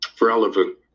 relevant